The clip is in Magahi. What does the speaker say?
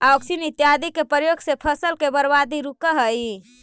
ऑक्सिन इत्यादि के प्रयोग से फसल के बर्बादी रुकऽ हई